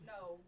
No